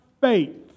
faith